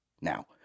Now